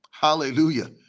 Hallelujah